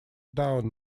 down